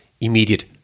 immediate